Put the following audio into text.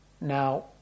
Now